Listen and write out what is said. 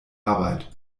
arbeit